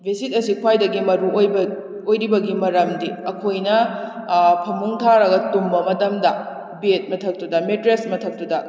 bedsheet ꯑꯁꯤ ꯈꯥꯏꯗꯒꯤ ꯃꯔꯨ ꯑꯣꯏꯕ ꯑꯣꯏꯔꯤꯕꯒꯤ ꯃꯔꯝꯗꯤ ꯑꯩꯈꯣꯏꯅ ꯐꯃꯨꯡ ꯊꯥꯔꯒ ꯇꯨꯝꯕ ꯃꯇꯝꯗ ꯕꯦꯗ ꯃꯊꯛꯇꯨꯗ ꯃꯦꯇ꯭ꯔꯦꯁ ꯃꯊꯛꯇꯨꯗ